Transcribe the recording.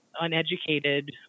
uneducated